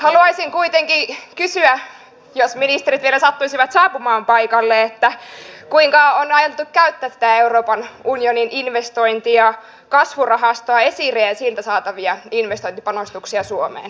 haluaisin kuitenkin kysyä jos ministerit vielä sattuisivat saapumaan paikalle kuinka on aiottu käyttää tätä euroopan unionin investointi ja kasvurahastoa esiriä ja sieltä saatavia investointipanostuksia suomeen